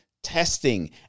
testing